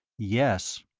yes.